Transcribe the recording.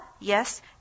Yes